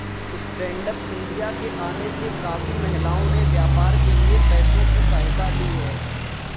stand up India के आने से काफी महिलाओं ने व्यापार के लिए पैसों की सहायता ली है